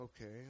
Okay